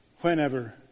whenever